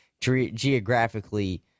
geographically –